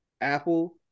Apple